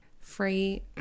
free